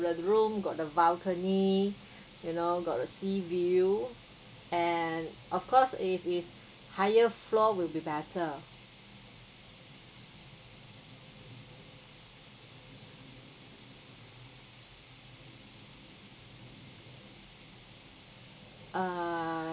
the room got the balcony you know got a sea view and of course if is higher floor will be better err